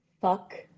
Fuck